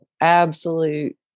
absolute